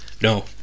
no